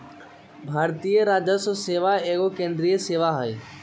भारतीय राजस्व सेवा एगो केंद्रीय सेवा हइ